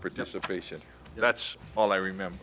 participation that's all i remember